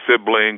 siblings